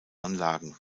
anlagen